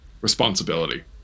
Responsibility